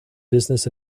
business